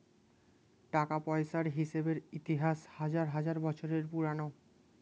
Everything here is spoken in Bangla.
টাকা পয়সার হিসেবের ইতিহাস হাজার হাজার বছর পুরোনো